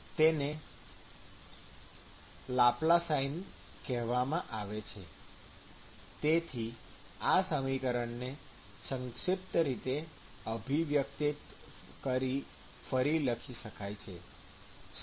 તેને લાપ્લાસાઇન કહેવામાં આવે છે તેથી આ સમીકરણને સંક્ષિપ્ત રીતે અભિવ્યક્તિત કરી ફરી લખી શકાય છે